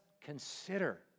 consider